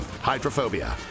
hydrophobia